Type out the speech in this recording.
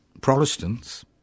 Protestants